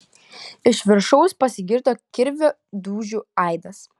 iš viršaus pasigirdo kirvio dūžių aidas